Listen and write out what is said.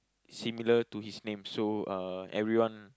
similar to his name so uh everyone